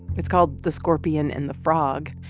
it's called the scorpion and the frog.